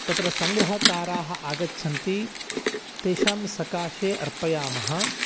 तत्र सङ्ग्रहकाराः आगच्छन्ति तेषां सकाशे अर्पयामः